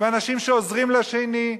ואנשים שעוזרים אחד לשני,